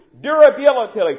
Durability